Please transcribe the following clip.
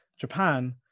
Japan